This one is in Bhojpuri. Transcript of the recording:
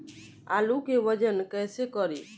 आलू के वजन कैसे करी?